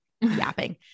yapping